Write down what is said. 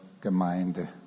Gemeinde